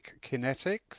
kinetics